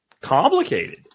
complicated